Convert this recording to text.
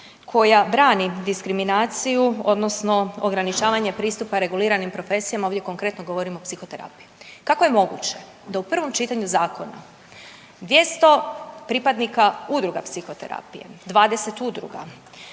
koja brani diskriminaciju odnosno ograničavanje pristupa reguliranim profesijama. Ovdje konkretno govorim o psihoterapiji. Kako je moguće da u prvom čitanju zakona 200 pripadnika udruga psihoterapije, 20 udruga,